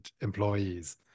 employees